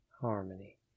Harmony